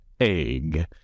egg